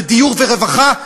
זה דיור ורווחה.